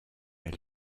elle